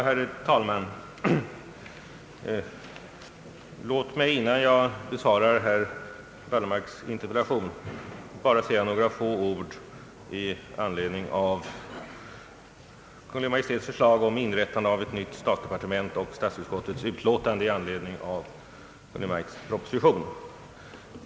Herr talman! Låt mig innan jag besvarar herr Wallmarks interpellation bara säga några ord i anledning av Kungl. Maj:ts förslag om inrättande av ett nytt statsdepartement och statsutskottets utlåtande i anledning av Kungl. Maj:ts proposition.